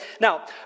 Now